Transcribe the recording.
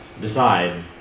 decide